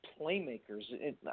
playmakers